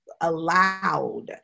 allowed